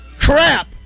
crap